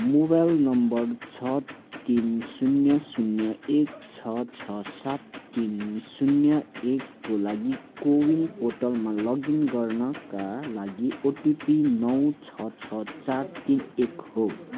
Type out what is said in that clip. mobile number छ तिन शून्य शून्य एक छ छ सात तिन शून्य एकको लागि कोविन पोर्टलमा लगइन गर्नाका लागि ओटिपी नौ छ छ चार तिन एक हो